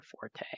forte